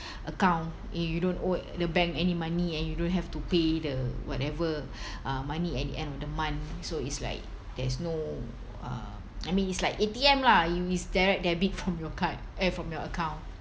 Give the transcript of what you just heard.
account you don't owe the bank any money and you don't have to pay the whatever uh money at the end of the month so it's like there's no uh I mean it's like A_T_M lah you it's direct debit from your card uh from your account